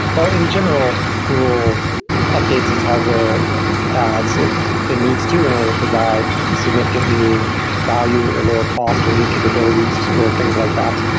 well, in general google updates its hardware as it it needs to in order to provide significant new value, or lower cost, or new capabilities, or things like that.